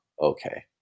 okay